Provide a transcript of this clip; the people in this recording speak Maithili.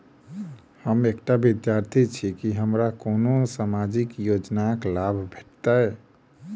हम एकटा विद्यार्थी छी, की हमरा कोनो सामाजिक योजनाक लाभ भेटतय?